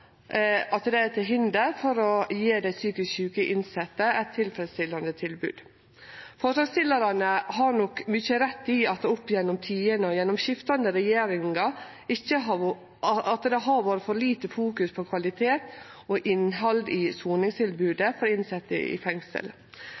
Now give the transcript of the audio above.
byggmessige strukturar er til hinder for å gje dei psykisk sjuke innsette eit tilfredsstillande tilbod. Forslagsstillarane har nok mykje rett i at det opp gjennom tidene og gjennom skiftande regjeringar har vore for lite fokus på kvalitet og innhald i